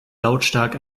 lautstark